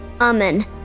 amen